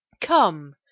come